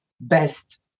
best